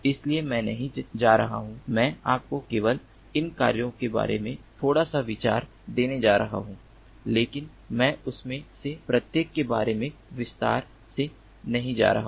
इसलिए मैं नहीं जा रहा हूं मैं आपको केवल इन कार्यों के बारे में थोड़ा सा विचार देने जा रहा हूं लेकिन मैं उनमें से प्रत्येक के बारे में विस्तार से नहीं जा रहा हूं